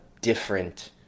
different